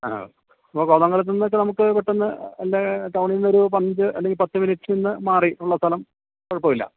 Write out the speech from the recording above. ആ അപ്പോള് കോതമംഗലത്തുനിന്നൊക്കെ നമുക്ക് പെട്ടെന്ന് എൻ്റെ ടൗണില്നിന്നൊരു പതിനഞ്ച് അല്ലെങ്കില് പത്ത് മിനിറ്റിനു മാറി ഉള്ള സ്ഥലം കുഴപ്പമില്ല